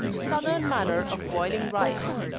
southern manner of boiling rice.